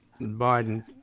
Biden